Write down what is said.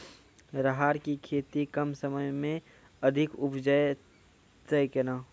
राहर की खेती कम समय मे अधिक उपजे तय केना?